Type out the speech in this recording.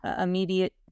immediate